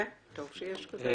כן, טוב שיש כזה.